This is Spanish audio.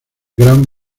gran